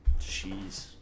jeez